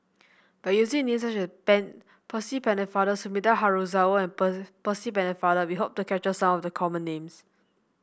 by using names such as Percy Pennefather Sumida Haruzo and Percy Pennefather we hope to capture some of the common names